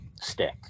stick